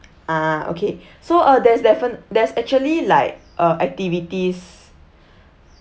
ah okay so uh there's definitely there's actually like uh activities